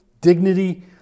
dignity